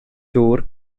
dŵr